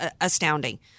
astounding